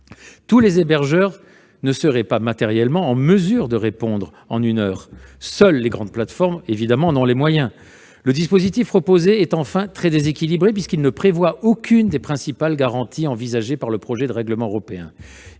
Tous les hébergeurs ne seraient pas matériellement en mesure de répondre en une heure ; seules les grandes plateformes en ont les moyens. Le dispositif proposé est enfin très déséquilibré, puisqu'il ne prévoit aucune des principales garanties envisagées par le projet de règlement européen.